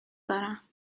دارم